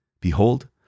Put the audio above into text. behold